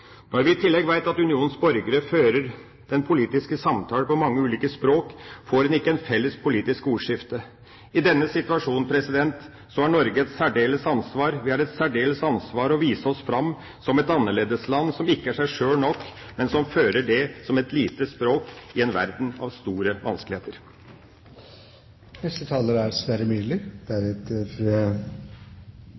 Når vi i tillegg vet at unionens borgere fører den politiske samtalen på mange ulike språk, får en ikke et felles politisk ordskifte. I denne situasjonen har Norge et særlig ansvar. Vi har et særlig ansvar for å vise oss fram som et annerledesland som ikke er seg sjøl nok, men som fører det som et lite språk i en verden med store